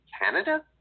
Canada